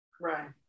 Right